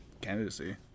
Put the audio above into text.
candidacy